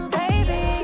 baby